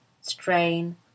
strain